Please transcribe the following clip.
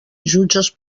jutges